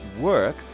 work